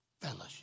fellowship